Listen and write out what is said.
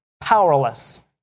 powerless